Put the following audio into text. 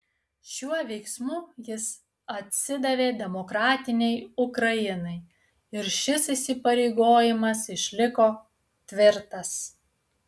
šiuo veiksmu jis atsidavė demokratinei ukrainai ir šis įsipareigojimas išliko tvirtas